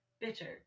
bitter